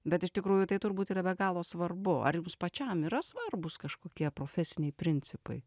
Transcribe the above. bet iš tikrųjų tai turbūt yra be galo svarbu ar jūs pačiam yra svarbūs kažkokie profesiniai principai